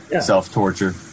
self-torture